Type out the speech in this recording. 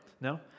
No